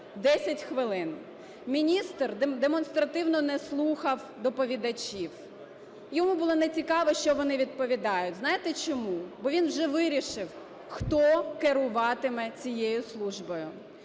10 хвилин. Міністр демонстративно не слухав доповідачів, йому було нецікаво, що вони відповідають. Знаєте чому? Бо він вже вирішив, хто керуватиме цією службою.